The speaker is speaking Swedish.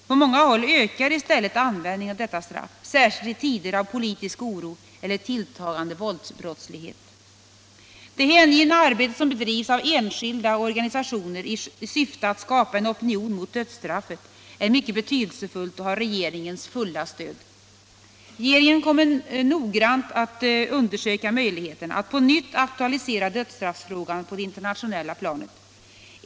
På många håll ökar i stället användningen av detta straff, särskilt i tider av politisk oro eller tilltagande våldsbrottslighet. Det hängivna arbete som bedrivs av enskilda och organisationer i syfte att skapa en opinion mot dödsstraffet är mycket betydelsefullt och har regeringens fulla stöd. Regeringen kommer att noggrant undersöka möjligheterna att på nytt aktualisera dödsstraffsfrågan på det internationella planet.